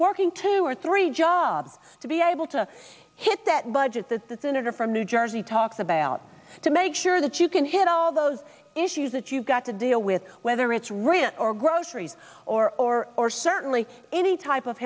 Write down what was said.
working two or three jobs to be able to hit that budget that the senator from new jersey talks about to make sure that you can hit all those issues that you've got to deal with whether it's real or groceries or or or certainly any type of